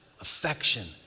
affection